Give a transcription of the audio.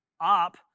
up